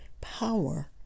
Power